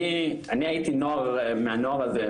אני הייתי נוער מהנוער הזה,